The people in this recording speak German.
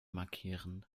markieren